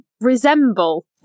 resemble